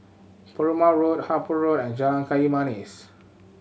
Perumal Road Harper Road and Jalan Kayu Manis